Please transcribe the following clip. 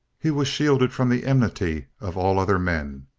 he was shielded from the enmity of all other men.